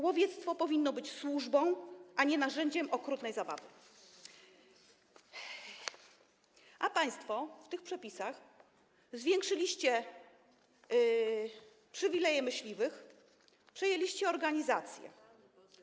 Łowiectwo powinno być służbą, a nie narzędziem okrutnej zabawy, a państwo w tych przepisach zwiększyliście przywileje myśliwych, przejęliście organizacje.